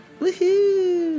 Woohoo